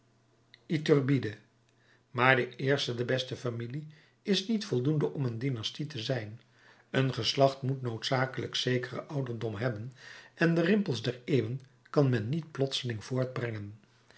iturbide maar de eerste de beste familie is niet voldoende om een dynastie te zijn een geslacht moet noodzakelijk zekeren ouderdom hebben en de rimpels der eeuwen kan men niet plotseling voortbrengen